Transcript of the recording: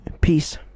Peace